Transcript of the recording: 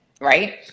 right